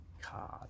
card